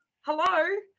Hello